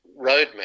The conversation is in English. roadmap